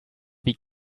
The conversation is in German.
wie